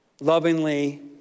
lovingly